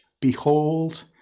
Behold